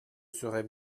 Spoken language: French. serait